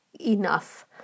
enough